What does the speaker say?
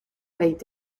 avec